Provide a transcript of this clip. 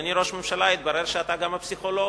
אדוני ראש הממשלה, התברר שאתה גם הפסיכולוג.